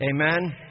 Amen